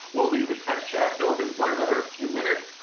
we'll leave the text chat open for another few minutes,